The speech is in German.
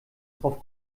darauf